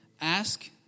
ask